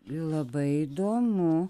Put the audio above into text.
labai įdomu